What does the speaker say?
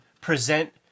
present